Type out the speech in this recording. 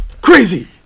Crazy